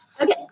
okay